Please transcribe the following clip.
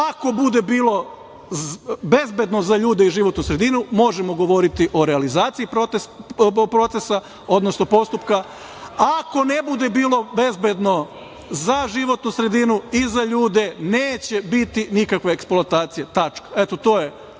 bude bilo bezbedno za ljude i životnu sredinu možemo govoriti o realizaciji procesa i postupka, a ako ne bude bezbedno za životnu sredinu i ljude, neće biti nikakve eksploatacije. To je